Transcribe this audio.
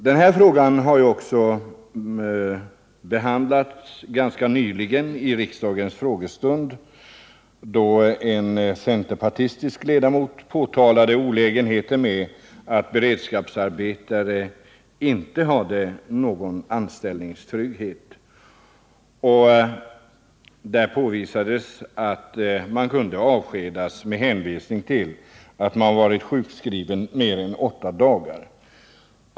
Denna fråga behandlades ganska nyligen vid en frågestund här i riksdagen, då en centerpartistisk ledamot påtalade olägenheten med att beredskapsarbetare inte hade någon anställningstrygghet utan kunde avskedas med hänvisning till att arbetaren varit sjukskriven mer än åtta dagar.